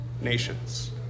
nations